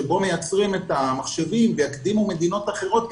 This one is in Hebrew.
שבו מייצרים את המחשבים ויקדימו מדינות אחרות,